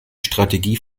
strategie